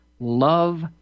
love